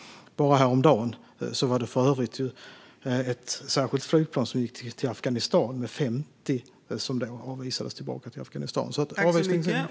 Bara häromdagen var det för övrigt ett särskilt flygplan med 50 personer som avvisades tillbaka till Afghanistan. Avvisningarna fungerar.